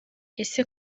ese